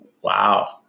Wow